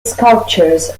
sculptures